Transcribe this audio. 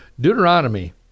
Deuteronomy